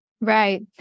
Right